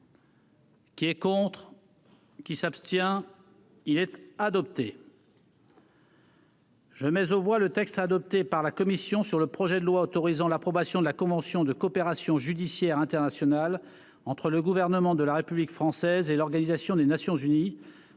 Qui est contre. Qui s'abstient, il était adopté. Je mais aux voix le texte adopté par la commission sur le projet de loi autorisant l'approbation de la convention de coopération judiciaire internationale entre le gouvernement de la République française et l'Organisation des Nations-Unies,